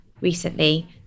Recently